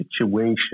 situation